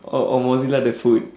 or or mozilla the food